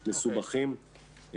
מסובכים.